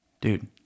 dude